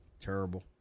Terrible